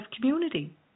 community